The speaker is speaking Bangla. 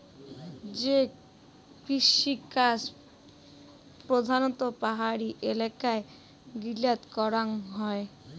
যে কৃষিকাজ প্রধানত পাহাড়ি এলাকা গিলাত করাঙ হই